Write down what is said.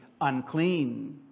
unclean